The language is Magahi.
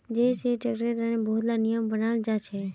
जै सै टैक्सेर तने बहुत ला नियम बनाल जाछेक